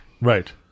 right